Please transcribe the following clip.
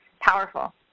powerful